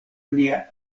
nia